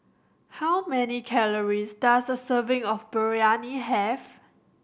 how many calories does a serving of Biryani have